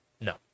No